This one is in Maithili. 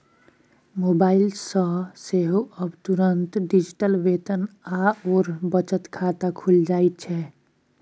मोबाइल सँ सेहो आब तुरंत डिजिटल वेतन आओर बचत खाता खुलि जाइत छै